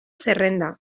zerrenda